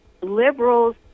liberals